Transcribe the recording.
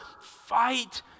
fight